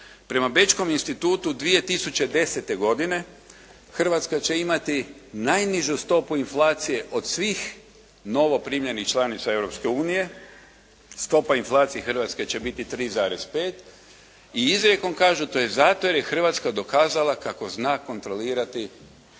Prema Bečkom institutu 2010. godine Hrvatska će imati najnižu stopu inflacije od svih novoprimljenih članica Europske unije. Stopa inflacije Hrvatske će biti 3,5 i izrijekom kažu to je zato jer je Hrvatska dokazala kako zna kontrolirati